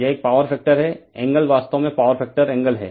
यह एक power factor है एंगल वास्तव में पॉवर फैक्टर एंगल है